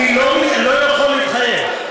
אני לא יכול להתחייב.